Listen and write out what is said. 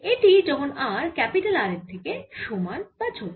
এটি যখন r capital R এর সমান বা ছোট